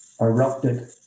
erupted